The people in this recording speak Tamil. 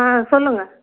ஆ சொல்லுங்கள்